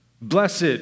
Blessed